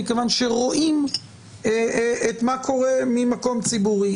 מכיוון שרואים את מה שקורה ממקום ציבורי.